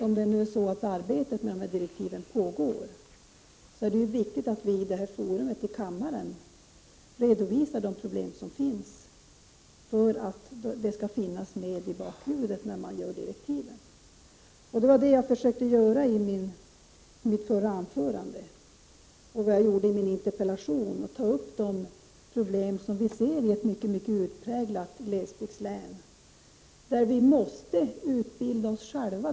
Om nu arbetet med direktiven pågår, är det viktigt att vi i detta forum, i denna kammare, redovisar de problem som finns. Det är ju sådant som man måste ha i bakhuvudet när man arbetar med direktiven. Det är också vad jag har försökt att åstadkomma med mitt anförande här och med min interpellation. Jag har alltså tagit upp de problem som finns i ett så utpräglat glesbygdslän som Norrbottens län. Vi som bor där måste utbilda oss själva.